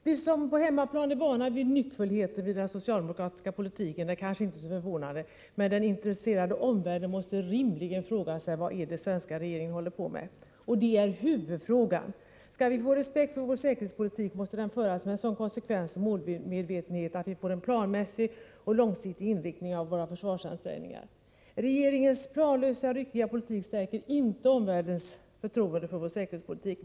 Vi som på hemmaplan är vana vid nyckfullheten i den socialdemokratiska politiken är kanske inte så förvånade, men den intresserade omvärlden måste rimligen fråga sig vad den svenska regeringen håller på med. Detta är huvudfrågan. Skall vi vinna respekt för vår säkerhetspolitik måste den föras med en sådan konsekvens och målmedvetenhet att våra försvarsansträngningar får en planmässig och långsiktig inriktning. Regeringens planlösa, ryckiga politik stärker inte omvärldens förtroende för vår säkerhetspolitik.